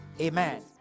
Amen